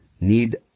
need